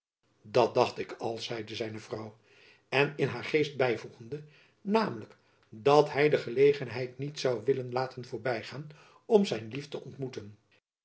dat dacht ik al zeide zijn vrouw er in haar geest byvoegende namelijk dat hy de gelegenheid niet zoû willen laten voorbygaan om zijn lief te ontmoeten